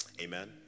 Amen